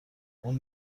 اون